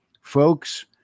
Folks